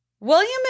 William